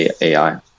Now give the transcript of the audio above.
ai